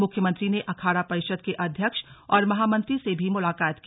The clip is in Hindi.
मुख्यमंत्री ने अखाड़ा परिषद के अध्यक्ष और महामंत्री से भी मुलाकात की